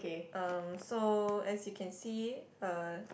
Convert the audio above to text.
um so as you can see uh